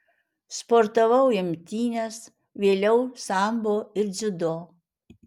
sportavau imtynes vėliau sambo ir dziudo